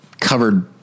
covered